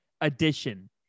Edition